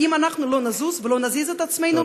אם אנחנו לא נזוז ולא נזיז את עצמנו,